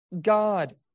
God